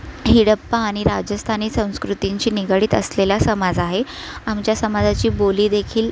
हडप्पा आणि राजस्थानी संस्कृतींशी निगडीत असलेला समाज आहे आमच्या समाजाची बोली देखील